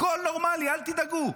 הכול נורמלי, אל תדאגו.